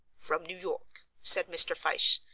from new york, said mr. fyshe.